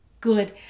good